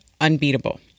unbeatable